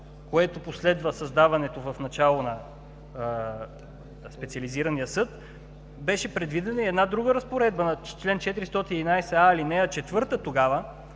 което последва създаването в началото на Специализирания съд, беше предвидена и една друга Разпоредба на чл. 411а, ал. 4 тогава,